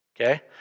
Okay